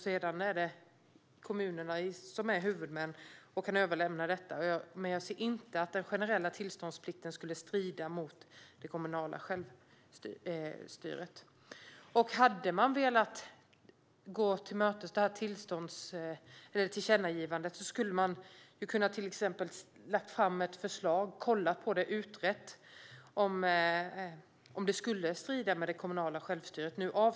Sedan är det kommunerna som är huvudmän och kan överlämna detta. Jag ser inte att den generella tillståndsplikten skulle strida mot det kommunala självstyret. Om regeringen hade velat gå riksdagen till mötes när det gäller tillkännagivandet skulle man till exempel ha kunnat titta på generell tillståndsplikt, utreda om det skulle strida mot det kommunala självstyret och lägga fram ett förslag.